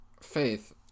Faith